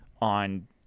on